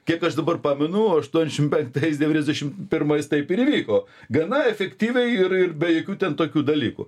kiek aš dabar pamenu aštuoniasdešimt penktais devyniasdešimt pirmais taip ir įvyko gana efektyviai ir ir be jokių ten tokių dalykų